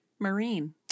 Marine